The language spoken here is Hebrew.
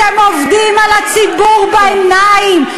אתם עובדים על הציבור בעיניים.